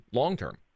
long-term